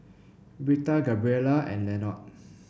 Britta Gabriela and Lenord